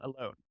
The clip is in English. alone